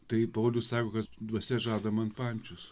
tai paulius sako kad dvasia žada man pančius